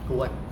don't want